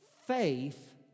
faith